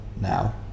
now